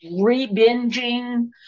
re-binging